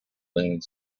planet